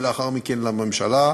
ולאחר מכן לממשלה,